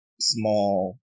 small